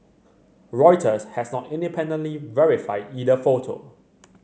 Reuters has not independently verified either photo